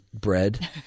bread